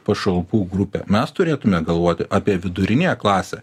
pašalpų grupę mes turėtume galvoti apie viduriniąją klasę